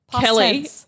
Kelly